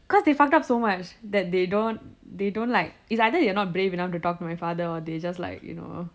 cause they fuck up so much that they don't they don't like it's either they not brave enough to talk to my father or it's just like you know